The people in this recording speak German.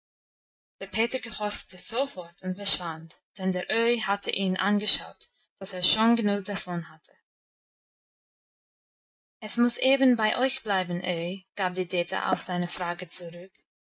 der peter gehorchte sofort und verschwand denn der öhi hatte ihn angeschaut dass er schon genug davon hatte es muss eben bei euch bleiben öhi gab die dete auf seine frage zurück